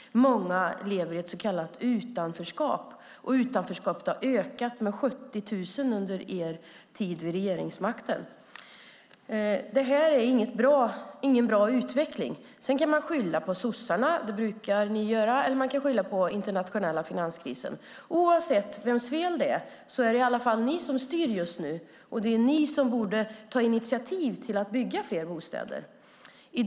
Många lever i ett så kallat utanförskap. Utanförskapet har ökat med 70 000 personer under er tid vid regeringsmakten. Det här är ingen bra utveckling. Man kan skylla på sossarna - det brukar ni göra - eller på den internationella finanskrisen. I alla fall är det ni, oavsett vems fel det är, som just nu styr. Det är ni som borde ta initiativ till att fler bostäder byggs.